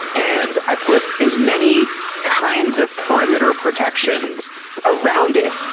and i put as many kinds of perimeter protections around it